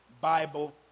Bible